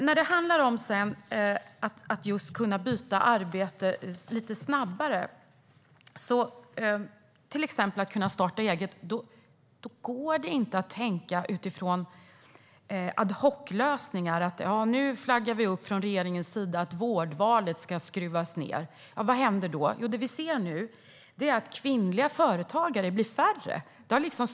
När det handlar om att kunna byta arbete lite snabbare, till exempel att kunna starta eget, går det inte att tänka utifrån ad hoc-lösningar: Nu flaggar vi från regeringens sida för att vårdvalet ska skruvas ned. Vad händer då? Jo, det som vi nu ser är att det blir färre kvinnliga företagare. Det har stannat upp.